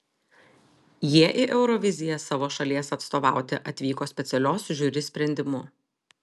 jie į euroviziją savo šalies atstovauti atvyko specialios žiuri sprendimu